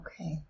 Okay